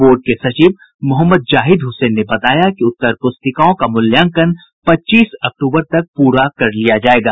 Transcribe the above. board के सचिव मोहम्मद जाहिद हुसैन ने बताया कि उत्तरपुस्तिकाओं का मूल्यांकन पच्चीस अक्टूबर तक पूरा कर लिया जाएगा